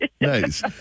nice